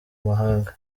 mahanga